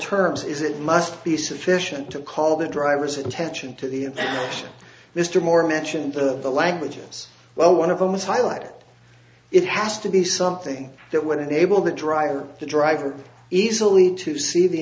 terms is it must be sufficient to call the driver's attention to the mr more mentioned of the languages well one of them is highlighted it has to be something that would enable the driver the driver easily to see the